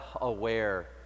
aware